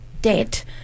debt